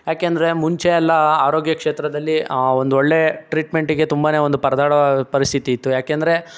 ಏಕೆಂದ್ರೆ ಮುಂಚೆ ಎಲ್ಲ ಆರೋಗ್ಯ ಕ್ಷೇತ್ರದಲ್ಲಿ ಒಂದು ಒಳ್ಳೆ ಟ್ರೀಟ್ಮೆಂಟಿಗೆ ತುಂಬನೆ ಒಂದು ಪರದಾಡುವ ಪರಿಸ್ಥಿತಿ ಇತ್ತು ಏಕೆಂದ್ರೆ